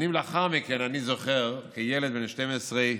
שנים לאחר מכן אני זוכר, כילד בן 12,